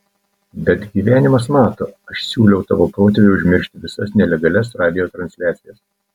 bet gyvenimas mato aš siūliau tavo protėviui užmiršti visas nelegalias radijo transliacijas